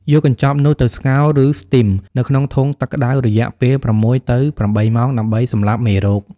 យកកញ្ចប់នោះទៅ ស្ងោរ ឬស្ទីម នៅក្នុងធុងទឹកក្តៅរយៈពេល ៦ ទៅ ៨ ម៉ោង ដើម្បីសម្លាប់មេរោគ។